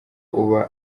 uba